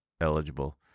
eligible